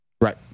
Right